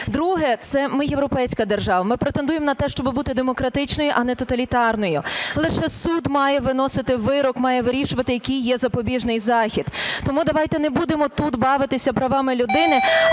Друге – це… Ми європейська держава, ми претендуємо на те, щоби бути демократичною, а не тоталітарною. Лише суд має виносити вирок, має вирішувати який є запобіжний захід. Тому давайте не будемо тут бавитися правами людини,